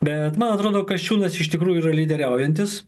bet man atrodo kasčiūnas iš tikrųjų yra lyderiaujantis